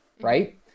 right